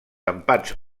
empats